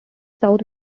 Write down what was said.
south